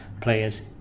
players